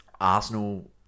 Arsenal